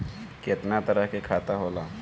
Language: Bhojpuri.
केतना तरह के खाता होला?